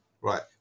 Right